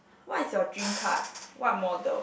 what is your dream car what model